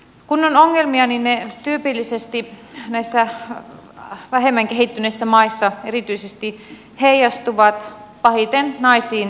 kun on ongelmia ne tyypillisesti näissä vähemmän kehittyneissä maissa erityisesti heijastuvat pahiten naisiin ja lapsiin